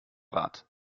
rad